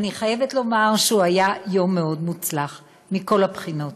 ואני חייבת לומר שהוא היה יום מאוד מוצלח מכל הבחינות.